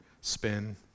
spin